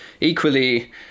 equally